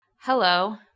Hello